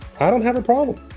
i don't have a problem.